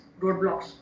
roadblocks